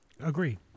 agree